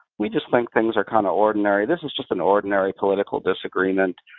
we just think things are kind of ordinary. this is just an ordinary political disagreement.